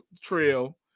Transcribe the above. trail